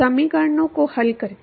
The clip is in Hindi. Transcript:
समीकरणों को हल करके